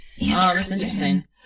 Interesting